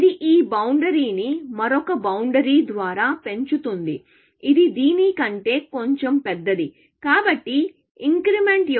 ఇది ఈ బౌండరీ ని మరొక బౌండరీ ద్వారా పెంచుతుంది ఇది దీని కంటే కొంచెం పెద్దది కాబట్టి ఇంక్రిమెంట్